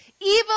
evil